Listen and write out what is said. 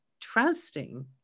trusting